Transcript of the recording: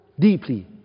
Deeply